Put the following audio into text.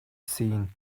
scene